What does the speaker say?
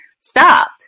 stopped